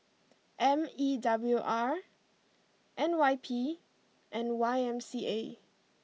M E W R N Y P and Y M C A